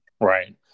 Right